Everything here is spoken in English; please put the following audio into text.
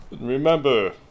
Remember